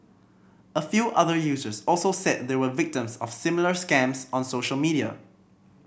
a few other users also said they were victims of similar scams on social media